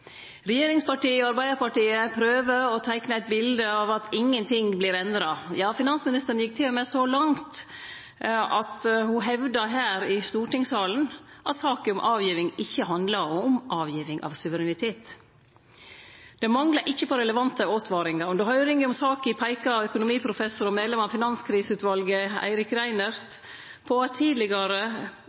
Regjeringspartia og Arbeidarpartiet prøver å teikne eit bilete av at ingenting vert endra. Ja, finansmisteren gjekk til og med så langt at ho hevda, her i stortingssalen, at saka om avståing ikkje handlar om avståing av suverenitet. Det manglar ikkje på relevante åtvaringar. Under høyringa om saka peika Erik Reinert, økonomiprofessor og medlem av Finanskriseutvalet, på at EU tidlegare